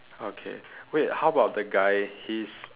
okay wait how about the guy he's